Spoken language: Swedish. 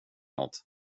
något